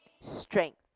strength